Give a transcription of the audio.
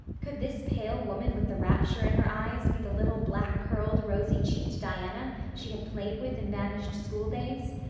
could this pale woman with the rapture in her eyes be the little black-curled, rosy-cheeked diana she had played with in vanished schooldays?